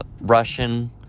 Russian